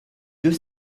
deux